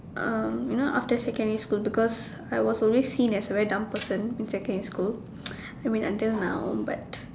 um you know after secondary school because I was always seen as very dumb person in secondary school I mean until now but